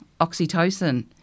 oxytocin